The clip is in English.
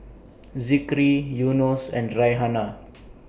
Zikri Yunos and Raihana